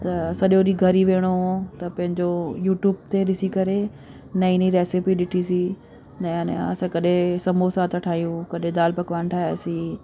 त सॼो ॾींहुं घरु ई विहणो हो त पंहिंजो यूट्यूब ते ॾिसी करे नईं नईं रेसिपी ॾिठीसीं नवां नवां असां कॾहिं सम्बोसा था ठाहियूं कॾहिं दाल पकवान ठाहियासीं